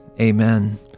Amen